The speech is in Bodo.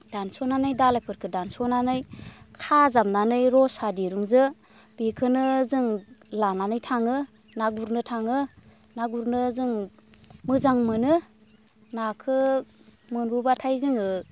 दानस'नानै दालायफोरखो दानस'नानै खाजाबनानै रसा दिरुंजों बेखौनो जों लानानै थाङो ना गुरनो थाङो ना गुरनो जों मोजां मोनो नाखौ मोनबोबाथाय जोङो